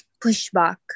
pushback